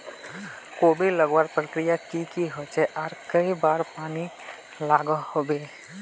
कोबी लगवार प्रक्रिया की की होचे आर कई बार पानी लागोहो होबे?